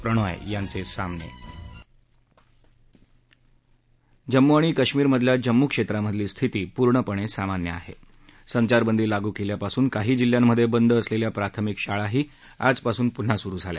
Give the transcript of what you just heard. प्रणॉय यांचसिमन जम्मू आणि काश्मिरमधल्या जम्मू क्षद्विमधली स्थिती पूर्णपणस्तिमान्य आहा उंचारबदी लागू कल्यापासून काही जिल्ह्यांमध्य बिद असलच्या प्राथमिक शाळाही आजपासून पून्हा सुरु झाल्या